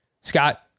Scott